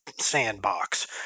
sandbox